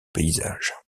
paysages